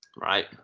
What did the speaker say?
Right